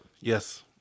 Yes